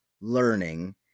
learning